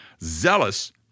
Zealous